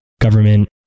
government